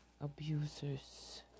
abusers